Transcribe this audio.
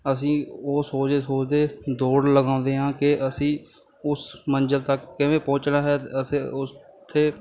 ਅਸੀਂ ਉਹ ਸੋਚਦੇ ਸੋਚਦੇ ਦੌੜ ਲਗਾਉਂਦੇ ਹਾਂ ਕਿ ਅਸੀਂ ਉਸ ਮੰਜ਼ਿਲ ਤੱਕ ਕਿਵੇਂ ਪਹੁੰਚਣਾ ਹੈ ਅਸੀਂ ਉਸ ਉੱਥੇ